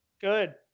good